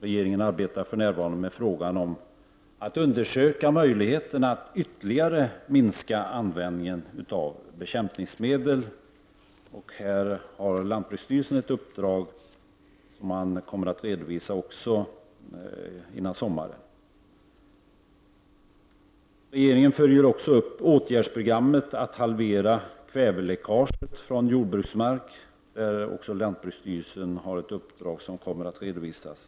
Regeringen arbetar för närvarande med frågan om att undersöka möjligheterna att ytterligare minska användningen av bekämpningsmedel. Här har lantbruksstyrelsen också ett uppdrag som man kommer att redovisa resultatet av före sommaren. Regeringen följer också upp åtgärdsprogrammet att halvera kväveläckaget från jordbruksmark. Även där har lantbruksstyrelsen ett uppdrag som kommer att redovisas.